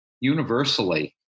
universally